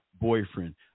boyfriend